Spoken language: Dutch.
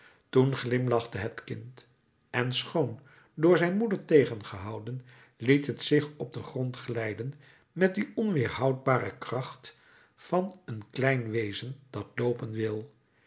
toen glimlachte het kind en schoon door zijn moeder tegengehouden liet het zich op den grond glijden met die onweerhoudbare kracht van een klein wezen dat loopen wil